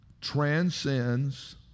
transcends